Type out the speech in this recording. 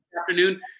afternoon